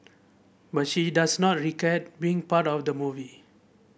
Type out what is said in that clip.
but she does not regret being part of the movie